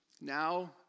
now